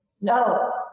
No